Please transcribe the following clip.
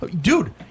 Dude